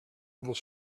little